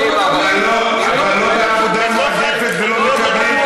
אבל לא עבודה מועדפת ולא מקבלים,